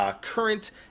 current